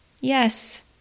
Yes